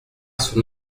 son